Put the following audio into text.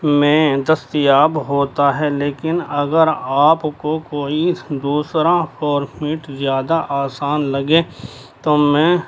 میں دستیاب ہوتا ہے لیکن اگر آپ کو کوئی دوسرا فارفٹ زیادہ آسان لگے تو میں